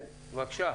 בבקשה.